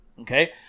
Okay